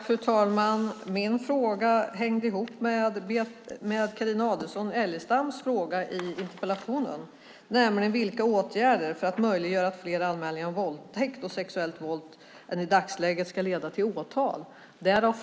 Fru talman! Mina frågor hängde ihop med Carina Adolfsson Elgestams fråga i interpellationen om vilka åtgärder justitieministern avser att vidta för att möjliggöra att fler anmälningar om våldtäkt och sexuellt våld än i dagsläget ska leda till åtal.